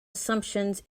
assumptions